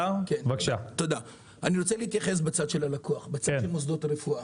מהצד של הלקוח, הצד של מוסדות רפואה.